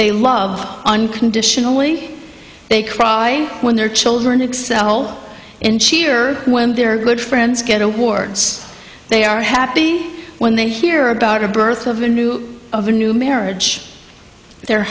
they love unconditionally they cry when their children excel and cheer when their good friends get awards they are happy when they hear about a birth of a new of a new marriage their